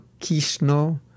kishno